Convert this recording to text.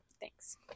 Thanks